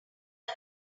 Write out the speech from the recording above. our